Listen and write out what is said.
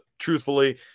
truthfully